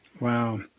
Wow